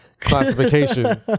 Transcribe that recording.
Classification